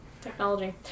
technology